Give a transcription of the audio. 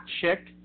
chick